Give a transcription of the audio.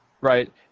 right